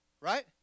right